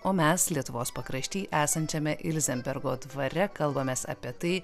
o mes lietuvos pakrašty esančiame ilzenbergo dvare kalbamės apie tai